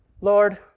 Lord